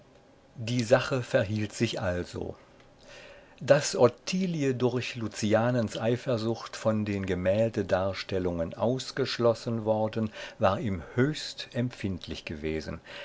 die sache verhielt sich also daß ottilie durch lucianens eifersucht von den gemäldedarstellungen ausgeschlossen worden war ihm höchst empfindlich gewesen